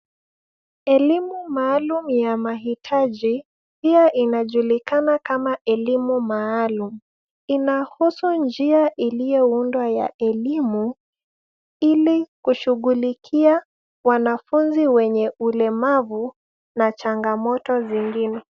Elimu maalum ya mahitaji pia inajulikana kama elimu maalum. Inahusu njia iliyoundwa ya elimu ili kushughulikia wanafunzi wenye ulemavu na changamoto zingine.